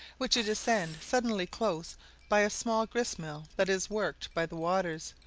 which you descend suddenly close by a small grist-mill that is worked by the waters,